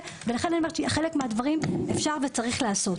חלק מהדברים אפשר, וצריך לעשות.